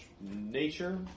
nature